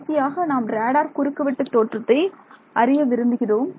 கடைசியாக நாம் ரேடார் குறுக்கு வெட்டு தோற்றத்தை அறிய விரும்புகிறோம்